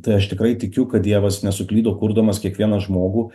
tai aš tikrai tikiu kad dievas nesuklydo kurdamas kiekvieną žmogų